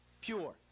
Pure